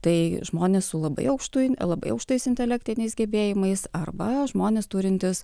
tai žmonės su labai aukštu labai aukštais intelektiniais gebėjimais arba žmonės turintys